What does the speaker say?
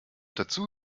dazu